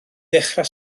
ddechrau